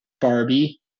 Barbie